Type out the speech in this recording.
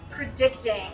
predicting